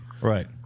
Right